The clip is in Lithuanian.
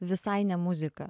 visai ne muzika